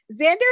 Xander